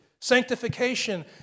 Sanctification